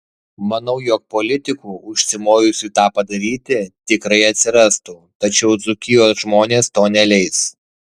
manau jog politikų užsimojusių tą padaryti tikrai atsirastų tačiau dzūkijos žmonės to neleis